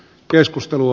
keskustelu